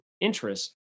interest